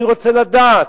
אני רוצה לדעת,